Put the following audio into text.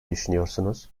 düşünüyorsunuz